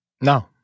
No